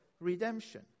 redemption